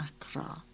Accra